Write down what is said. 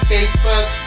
Facebook